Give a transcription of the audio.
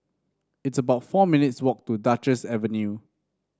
it's about four minutes' walk to Duchess Avenue